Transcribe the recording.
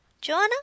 Joanna